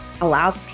allows